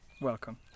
Welcome